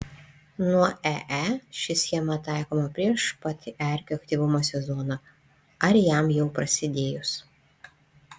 nuo ee ši schema taikoma prieš pat erkių aktyvumo sezoną ar jam jau prasidėjus